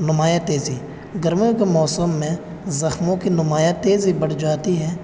نمایاں تیزی گرمیوں کے موسم میں زخموں کی نمایاں تیزی بڑھ جاتی ہے